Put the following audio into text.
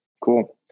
cool